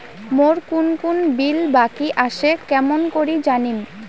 মোর কুন কুন বিল বাকি আসে কেমন করি জানিম?